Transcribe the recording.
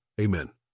Amen